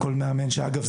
אגב,